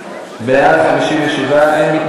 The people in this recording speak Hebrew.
קידום ושילוב אנשים עם אוטיזם בקהילה,